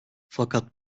fakat